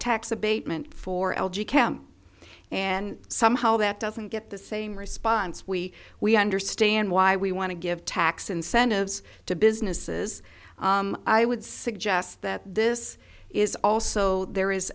tax abatement for l g chem and somehow that doesn't get the same response we we understand why we want to give tax incentives to businesses i would suggest that this is also there is